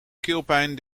keelpijn